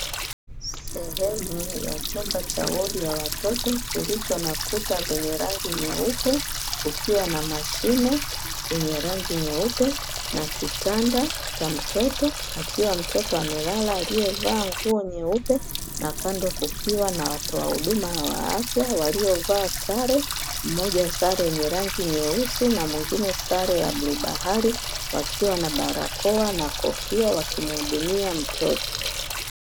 Sehemu ya chumba cha wodi ya watoto, kilicho na kuta zenye rangi nyeupe, kukiwa na mashine yenye rangi nyeupe na kitanda cha mtoto akiwa mtoto amelala, aliyevaa nguo nyeupe na kando kukiwa na watoa huduma wa afya waliovaa sare; mmoja sare yenye rangi nyeusi na mwingine sare ya bluu bahari, wakiwa na barakoa na kofia wakimuhudumia mtoto.